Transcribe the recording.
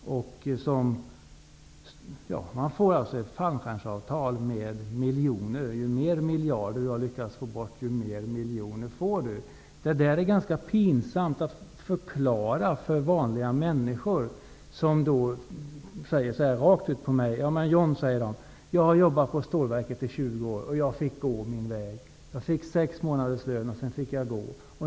Där får man fallskärmsavtal som ger miljoner. Ju fler miljarder du har lyckats försnilla bort, desto fler miljoner får du. Det är ganska pinsamt att förklara detta för vanliga människor. De säger så här rakt ut till mig: Men, John, jag har jobbat på stålverket i 20 år. Jag fick gå min väg. Jag fick sex månaders lön, och sedan fick jag gå.